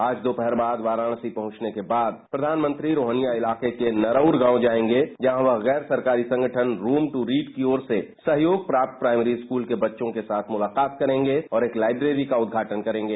आज दोपहर बाद वाराणसी पहुंचने के बाद प्रधानमंत्री रोहनिया इलाके के नरूर गांव जायेंगे जहां वह गैर सरकारी संगठन रूम टू रीड की ओर से सहायता प्राप्त प्रायमरी स्कूल के बच्चों के साथ मुलाकात करेगे और एक लाइब्रेरी का उद्घाटन करेगे